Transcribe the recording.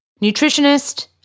nutritionist